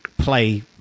play